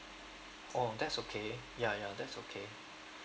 oh that's okay ya ya that's okay